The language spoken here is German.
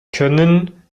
können